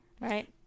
right